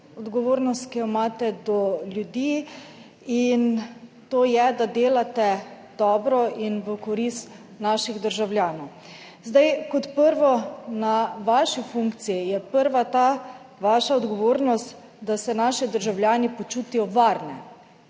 odgovornost, ki jo imate do ljudi. In to je, da delate dobro in v korist naših državljanov. Zdaj kot prvo, na vaši funkciji je prva ta vaša odgovornost, da se naši državljani počutijo varne,